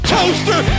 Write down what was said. Toaster